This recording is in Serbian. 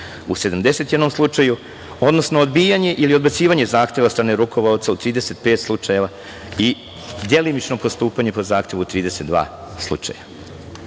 u 71 slučaju, odnosno odbijanje ili odbacivanje zahteva od strane rukovaoca u 35 slučajeva i delimično postupanje po zahtevu 32 slučajeva. Povreda